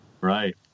Right